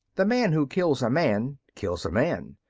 the man who kills a man, kills a man.